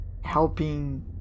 helping